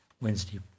Wednesday